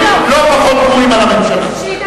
את צבועה.